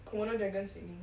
komodo dragon swimming